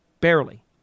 Barely